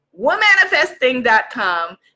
womanifesting.com